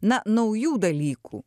na naujų dalykų